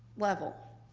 level.